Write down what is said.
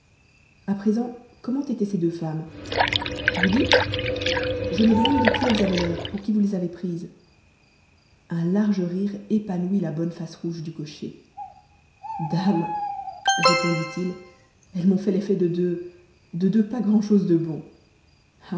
à présent comme étaient ces deux femmes vous dites je vous demande de qui elles avaient l'air pour qui vous les avez prises un large rire épanouit la bonne face rouge du cocher dame répondit-il elles m'ont fait l'effet de deux de deux pas grand'chose de bon